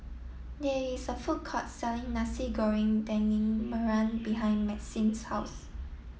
there is a food court selling Nasi Goreng Daging Merah behind Maxine's house